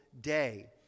day